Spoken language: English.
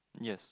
yes